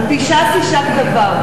על פי ש"ס יישק דבר.